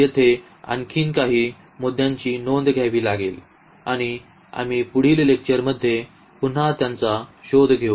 येथे आणखी काही मुद्द्यांची नोंद घ्यावी लागेल आणि आम्ही पुढील लेक्चरमध्ये पुन्हा त्यांचा शोध घेऊ